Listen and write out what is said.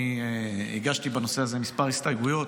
אני הגשתי בנושא הזה כמה הסתייגויות.